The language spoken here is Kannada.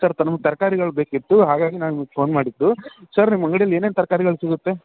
ಸರ್ ತಮಗೆ ತರ್ಕಾರಿಗಳು ಬೇಕಿತ್ತು ಹಾಗಾಗಿ ನಾನು ಫೋನ್ ಮಾಡಿದ್ದು ಸರ್ ನಿಮ್ಮ ಅಂಗ್ಡೀಲ್ಲಿ ಏನೇನು ತರ್ಕಾರಿಗಳು ಸಿಗುತ್ತೆ